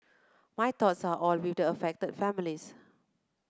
my thoughts are all built affected families